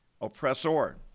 oppressor